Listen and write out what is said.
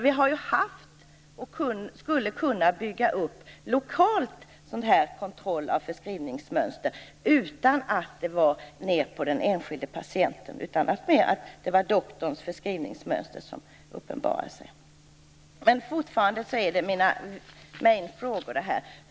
Vi har alltså haft, och skulle åter kunna bygga upp, lokal kontroll av förskrivningsmönster utan att gå ned på den enskilde patienten. Det var alltså mer doktorns förskrivningsmönster som uppenbarade sig. Fortfarande har jag mina frågor.